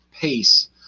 pace